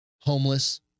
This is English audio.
homeless